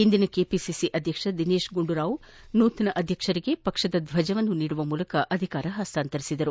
ಹಿಂದಿನ ಕೆಪಿಸಿಸಿ ಅಧ್ಯಕ್ಷ ದಿನೇತ್ ಗುಂಡೂರಾವ್ ನೂತನ ಅಧ್ಯಕ್ಷರಿಗೆ ಪಕ್ಷದ ಧ್ವಜವನ್ನು ನೀಡುವ ಮೂಲಕ ಅಧಿಕಾರ ಹಸ್ತಾಂತರಿಸಿದರು